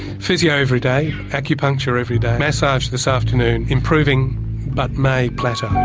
physio every day, acupuncture every day, massage this afternoon, improving but may plateau.